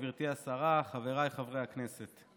גברתי השרה, חבריי חברי הכנסת,